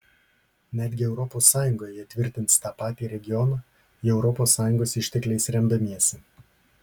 netgi europos sąjungoje jie tvirtins tą patį regioną jau europos sąjungos ištekliais remdamiesi